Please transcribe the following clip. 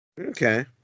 okay